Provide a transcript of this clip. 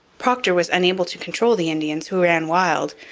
procter was unable to control the indians, who ran wild.